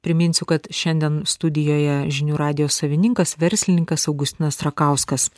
priminsiu kad šiandien studijoje žinių radijo savininkas verslininkas augustinas rakauskas